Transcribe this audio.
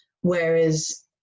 whereas